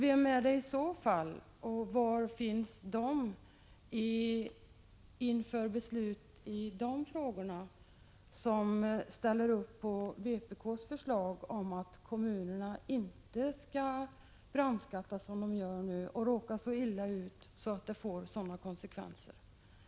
Vem ställer inför ett beslut i de frågorna upp på vpk:s förslag om att kommunerna inte skall brandskattas som nu sker och råka så illa ut att det får allvarliga konsekvenser?